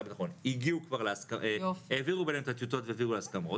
הביטחון העבירו ביניהם את הטיוטות והעבירו להסכמות